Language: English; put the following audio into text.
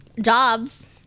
jobs